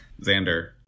Xander